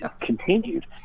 continued